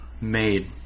made